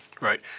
Right